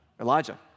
Elijah